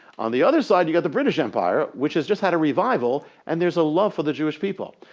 on the other side you got the british empire which has just had a revival and there's a love for the jewish people.